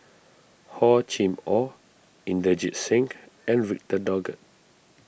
Hor Chim or Inderjit Singh and Victor Doggett